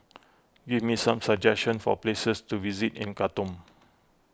give me some suggestions for places to visit in Khartoum